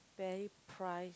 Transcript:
very price